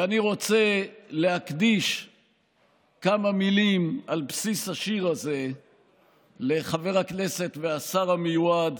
ואני רוצה להקדיש כמה מילים על בסיס השיר הזה לחבר הכנסת והשר המיועד